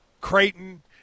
Creighton